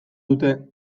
dute